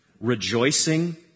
rejoicing